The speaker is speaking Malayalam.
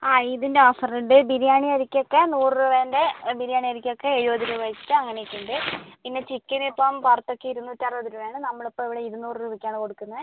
ആ ഇതിന്റെ ഓഫർ ഉണ്ട് ബിരിയാണി അരിക്കൊക്കെ നൂറ് രൂപേൻ്റെ ബിരിയാണി അരിക്കൊക്കെ എഴുപത് രൂപ വെച്ചിട്ട് അങ്ങനെ ഒക്കെ ഉണ്ട് പിന്നെ ചിക്കന് ഇപ്പം പുറത്തൊക്കെ ഇരുന്നൂറ്ററുപത് രൂപയാണ് നമ്മൾ ഇപ്പം ഇവിടെ ഇരുന്നൂറ് രൂപയ്ക്കാണ് കൊടുക്കുന്നത്